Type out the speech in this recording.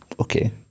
okay